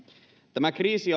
tämä kriisi